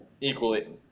equally